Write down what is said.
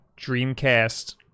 Dreamcast